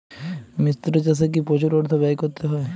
মিশ্র চাষে কি প্রচুর অর্থ ব্যয় করতে হয়?